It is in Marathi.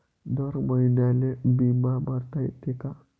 दर महिन्याले बिमा भरता येते का?